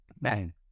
man